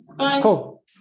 Cool